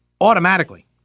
automatically